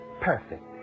perfect